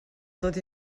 tot